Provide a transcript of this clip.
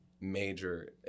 major